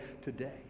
today